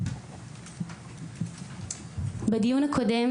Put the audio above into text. בדיון הקודם